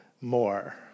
more